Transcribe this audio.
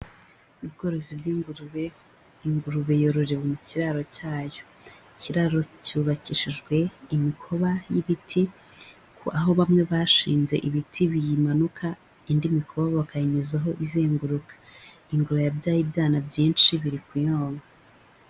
Ubworozi bw'ingurube, ingurube yororewe mu kiraro cyayo; ikiraro cyubakishijwe imikoba y'ibiti, ko aho bamwe bashinze ibiti biyimanuka indi mikobo bakayinyuzaho izenguruka. Ingurube yabyaye ibyana byinshi biri kuyonka